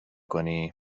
کنی